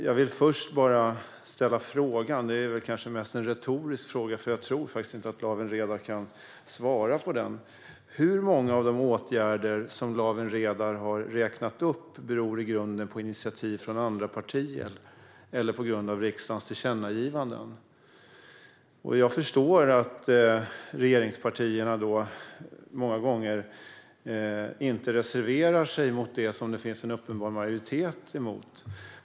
Jag vill ställa en fråga som kanske mest är retorisk, för jag tror faktiskt inte att Lawen Redar kan svara på den: Hur många av de åtgärder som Lawen Redar har räknat upp beror i grunden på initiativ från andra partier eller på riksdagens tillkännagivanden? Jag förstår att regeringspartierna många gånger inte reserverar sig mot det som det finns en uppenbar majoritet för.